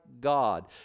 God